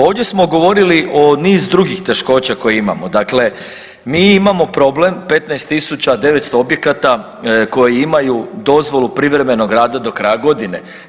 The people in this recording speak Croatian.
Ovdje smo govorili o niz drugih teškoća koje imamo, dakle mi imamo problem 15.900 objekata koji imaju dozvolu privremenog rada do kraja godine.